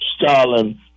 Stalin